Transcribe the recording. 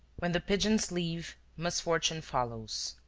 when the pigeons leave, misfortune follows.